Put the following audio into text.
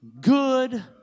good